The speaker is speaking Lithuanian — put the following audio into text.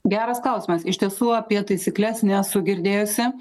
geras klausimas iš tiesų apie taisykles nesu girdėjusi